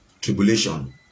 tribulation